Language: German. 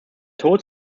tod